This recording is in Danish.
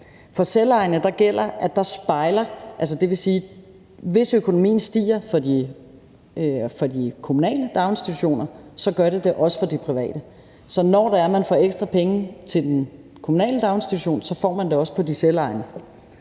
institutioner gælder, at der spejler man det. Det vil sige, at hvis økonomien stiger for de kommunale daginstitutioner, så gør den det også for de private. Så når man får ekstra penge til de kommunale daginstitutioner, får man det også på de selvejende